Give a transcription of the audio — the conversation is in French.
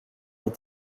est